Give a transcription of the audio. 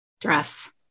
dress